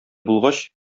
булгач